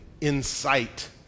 incite